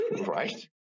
right